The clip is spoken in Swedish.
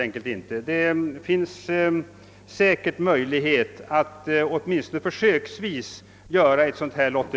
Det skulle säkerligen finnas möjlighet att åtminstone försöksvis anordna ett sådant lotteri.